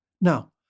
Now